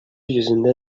йөзендә